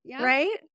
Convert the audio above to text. right